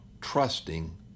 trusting